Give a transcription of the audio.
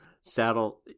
Saddle